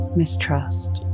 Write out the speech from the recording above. mistrust